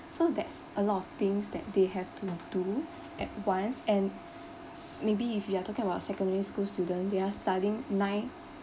so that's a lot of things that they have to do at once and maybe if you are talking about secondary school student they are studying nine